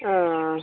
ও